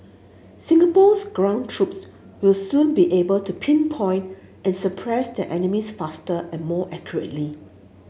Singapore's ground troops will soon be able to pinpoint and suppress their enemies faster and more accurately